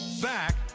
back